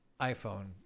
iphone